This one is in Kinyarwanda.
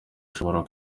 ushobora